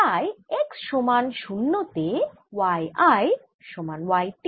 তাই x সমান 0 তে y i সমান y t